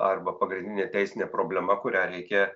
arba pagrindinė teisinė problema kurią reikia